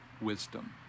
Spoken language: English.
wisdom